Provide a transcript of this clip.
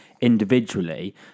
individually